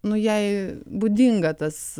nu jai būdinga tas